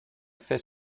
fait